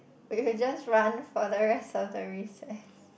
we we just run for the rest of the recess